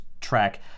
track